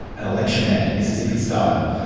an election ad, mississippi style.